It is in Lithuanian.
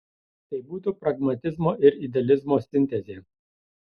tai būtų pragmatizmo ir idealizmo sintezė